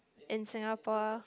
in Singapore